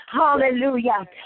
Hallelujah